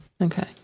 Okay